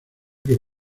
que